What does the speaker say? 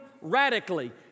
radically